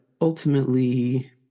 ultimately